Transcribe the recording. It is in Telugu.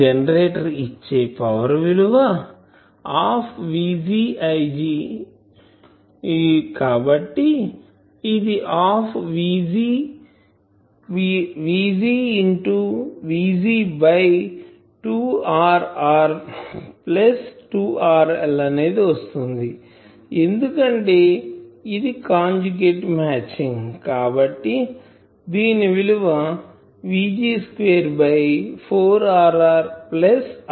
జెనరేటర్ ఇచ్చే పవర్ విలువ హాఫ్ Vg Ig కాబట్టి ఇది half Vg Vg by 2 Rr plus 2RL అనేది వస్తుంది ఎందుకంటే ఇది కాంజుగేట్ మ్యాచింగ్ కాబట్టి దీని విలువ Vg square by 4 Rr plus RL